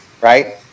right